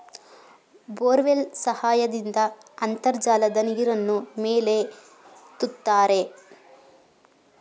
borewell ಸಹಾಯದಿಂದ ಅಂತರ್ಜಲದ ನೀರನ್ನು ಮೇಲೆತ್ತುತ್ತಾರೆ